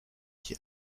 qui